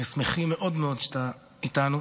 ואנחנו שמחים מאוד מאוד שאתה איתנו.